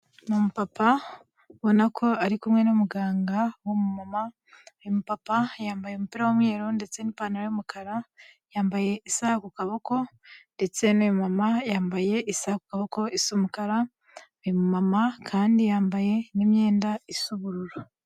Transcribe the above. Ni umupapa ubona ko ari kumwe n'umuganga w'umumama, uyu mupapa yambaye umupira w'umweru ndetse n'ipantaro y'umukara, yambaye isaha ku kaboko ndetse n'uyu mumama yambaye isaha ku kaboko isa umukara, uyu mumama kandi yambaye n'imyenda isa ubururu.